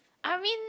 I mean